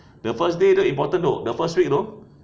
the first day the most important dok the first week tu